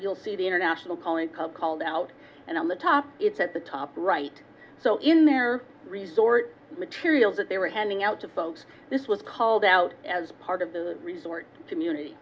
jewel see the international calling called out and on the top it's at the top right so in their resort materials that they were handing out to folks this was called out as part of the resort community